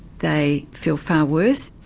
they feel far worse.